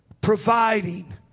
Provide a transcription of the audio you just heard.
providing